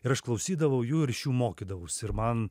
ir aš klausydavau jų ir iš jų mokydavausi ir man